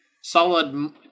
solid